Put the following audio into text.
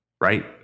right